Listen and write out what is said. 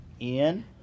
Ian